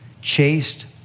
chaste